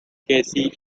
casey